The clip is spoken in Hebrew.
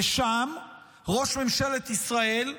ושם ראש ממשלת ישראל,